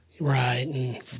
right